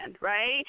right